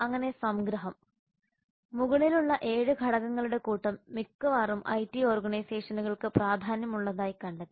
അങ്ങനെ സംഗ്രഹം മുകളിലുള്ള 7 ഘടകങ്ങളുടെ കൂട്ടം മിക്കവാറും ഐടി ഓർഗനൈസേഷനുകൾക്ക് പ്രാധാന്യമുള്ളതായി കണ്ടെത്തി